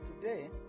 today